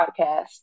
podcast